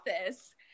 office